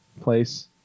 place